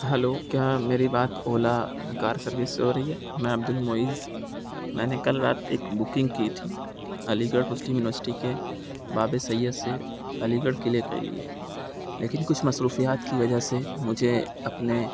hello کیا میری بات اولا کار سروس سے ہو رہی ہے میں عبد المعز میں نے کل رات ایک بکنگ کی تھی علی گڑھ مسلم یونیورسٹی کے باب سید سے علی گڑھ کے لیے کے لیے لیکن کچھ مصروفیات کی وجہ سے مجھے اپنے